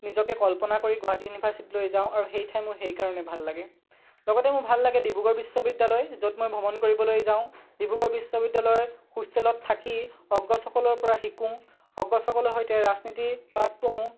নিজকে কল্পনা কৰি গুৱাহাটী ইউনিভাৰ্ছিটিলৈ যাওঁ আৰু সেই ঠাই মোৰ সেইকাৰণে ভাল লাগে লগতে মোৰ ভাল লাগে ডিব্ৰুগড় বিশ্ববিদ্যালয় য'ত মই ভ্ৰমণ কৰিবলৈ যাওঁ ডিব্ৰুগড় বিশ্ববিদ্য়ালয় হোষ্টেলত থাকি অগ্ৰজসকলৰপৰা শিকোঁ অগ্ৰজসকলৰ সৈতে ৰাজনীতিৰ পাত পঢ়ো